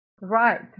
Right